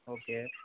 okay